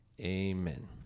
Amen